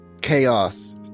Chaos